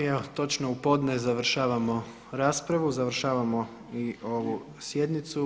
Evo točno u podne završavamo raspravu, završavamo i ovu sjednicu.